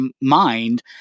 mind